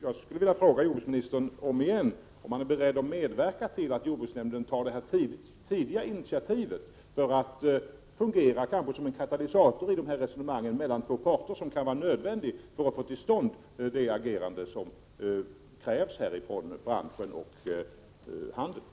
Jag skulle vilja fråga jordbruksministern om igen om han är beredd att medverka till att jordbruksnämnden tar ett tidigt initiativ för att kanske fungera som en katalysator i resonemangen mellan de båda parterna, vilket kan vara nödvändigt för att få till stånd det agerande som krävs från branschen och handeln.